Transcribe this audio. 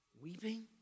weeping